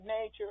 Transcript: nature